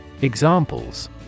Examples